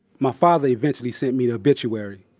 my father eventually sent me the obituary.